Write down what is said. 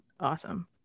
awesome